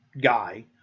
guy